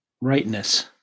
Rightness